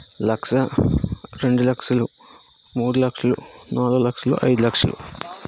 లక్ష రెండు లక్షలు మూడు లక్షలు నాలుగు లక్షలు ఐదు లక్షలు